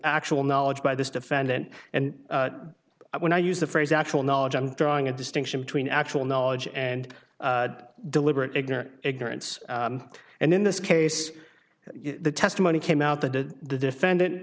actual knowledge by this defendant and when i used the phrase actual knowledge i'm drawing a distinction between actual knowledge and deliberate ignorance ignorance and in this case the testimony came out the did the defendant